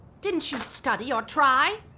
didn't you study or try?